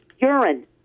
urine